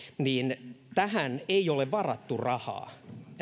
tähän ei ole varattu rahaa